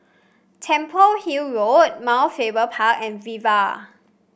Temple Hill Road Mount Faber Park and Viva